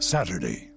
Saturday